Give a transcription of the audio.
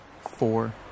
Four